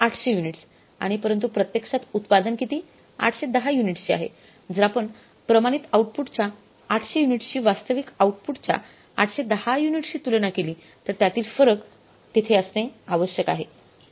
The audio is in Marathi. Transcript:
800 युनिट्स आणि परंतु प्रत्यक्षात उत्पादन किती 810 युनिट्सचे आहे जर आपण प्रमाणित आउटपुटच्या 800 युनिट्सची वास्तविक आउटपुटच्या 810 युनिट्सशी तुलना केली तर त्यातील फरक तेथे असणे आवश्यक आहे